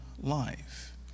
life